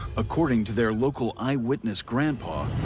according to their local eyewitness, grandpa,